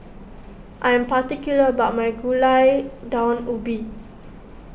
I am particular about my Gulai Daun Ubi